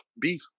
beef